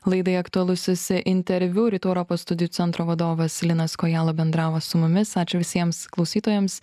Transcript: laidai aktualusis interviu rytų europos studijų centro vadovas linas kojala bendravo su mumis ačiū visiems klausytojams